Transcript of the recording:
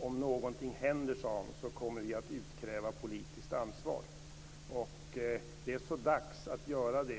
Om någonting händer, sade han, kommer vi att utkräva politiskt ansvar. Det är så dags att göra det.